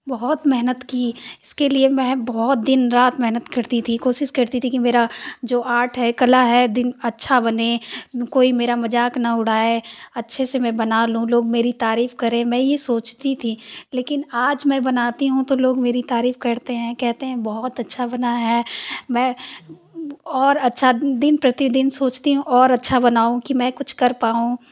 बहुत मेहनत की इसके लिए में बहुत दिन रात मेहनत करती थी कोशिश करती थी कि मेरा जो आर्ट है कला है दिन अच्छा बने कोई मेरा मज़ाक न उड़ाए अच्छे से मैं बना लूँ लोग मेरी तारीफ करे में ये सोचती थी लेकिन आज मैं बनाती हूँ तो लोग मेरी तारीफ करते हैं कहते हें बहुत अच्छा बनाया है मैं और अच्छा दिन प्रतिदिन सोचती हूँ और अच्छा बनाऊँ की में कुछ कर पाऊँ